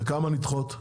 וכמה נדחות?